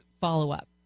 follow-up